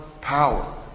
power